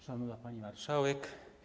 Szanowna Pani Marszałek!